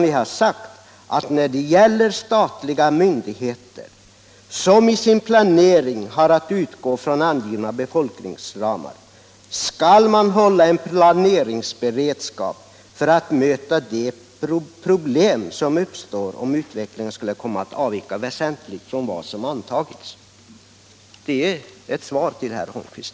Vi säger att ”statliga myndigheter, som i sin planering har att utgå från de angivna befolkningsramarna, skall hålla en planeringsberedskap för att möta de problem som uppstår om utvecklingen skulle komma att avvika väsentligt från vad som antagits”. Det är svaret till herr Holmqvist.